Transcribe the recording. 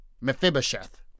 Mephibosheth